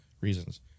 reasons